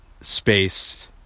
space